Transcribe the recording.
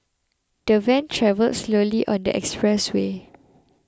the van travelled slowly on the expressway